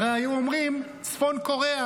הרי היו אומרים: צפון קוריאה.